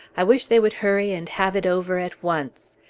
i wish they would hurry and have it over at once.